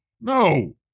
No